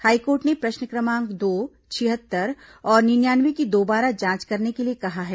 high court ने प्रश्न क्रमांक दो छिहत्तर और निन्यानवे की दोबारा जांच करने के लिए कहा है